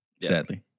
Sadly